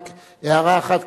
רק הערה אחת,